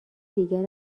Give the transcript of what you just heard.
دیگر